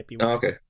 okay